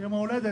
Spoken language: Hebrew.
ליום ההולדת.